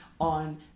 on